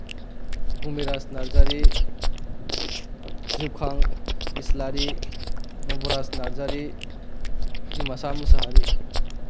बुमिरास नार्जारी जौखां इस्लारि नब'रास नार्जारि डिमासा मुसाहारि